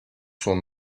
son